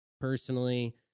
Personally